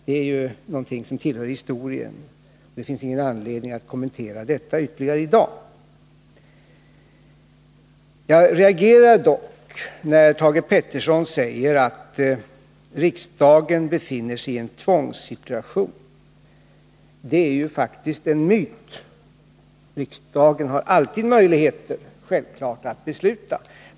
Det är någonting som tillhör historien, och det finns ingen anledning att kommentera detta ytterligare i dag. Jag reagerar dock när Thage Peterson säger att riksdagen befinner sig i en tvångssituation. Det är faktiskt en myt. Riksdagen har självfallet alltid möjligheter att besluta.